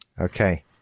Okay